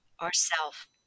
ourself